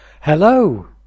Hello